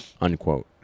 unquote